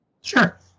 Sure